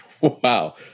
Wow